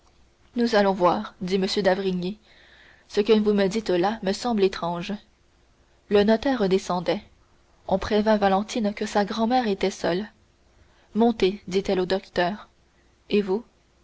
nous allons voir dit m d'avrigny ce que vous me dites là me semble étrange le notaire descendait on vint prévenir valentine que sa grand-mère était seule montez dit-elle au docteur et vous